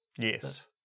Yes